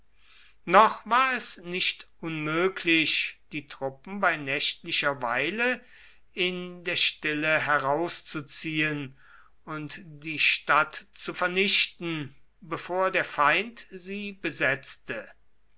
noch war es nicht unmöglich die truppen bei nächtlicher weile in der stille herauszuziehen und die stadt zu vernichten bevor der feind sie besetzte